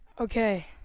Okay